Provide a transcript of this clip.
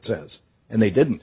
says and they didn't